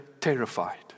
terrified